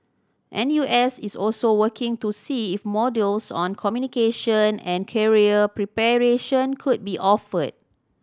N U S is also working to see if modules on communication and career preparation could be offered